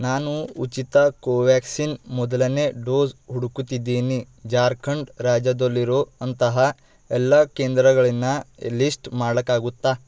ನಾನು ಉಚಿತ ಕೋವ್ಯಾಕ್ಸಿನ್ ಮೊದಲನೇ ಡೋಸ್ ಹುಡುಕುತಿದ್ದೀನಿ ಜಾರ್ಖಂಡ್ ರಾಜ್ಯದಲ್ಲಿರೋ ಅಂತಹ ಎಲ್ಲಾ ಕೇಂದ್ರಗಳನ್ನು ಲಿಸ್ಟ್ ಮಾಡೋಕಾಗುತ್ತಾ